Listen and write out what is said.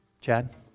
Chad